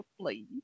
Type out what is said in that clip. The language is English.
please